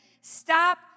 Stop